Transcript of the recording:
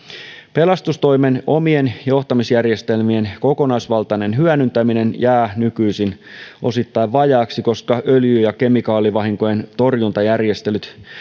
pelastustoimen omien johtamisjärjestelmien kokonaisvaltainen hyödyntäminen jää nykyisin osittain vajaaksi koska öljy ja kemikaalivahinkojen torjuntajärjestelyt